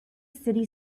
city